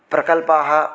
प्रकल्पाः